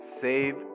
save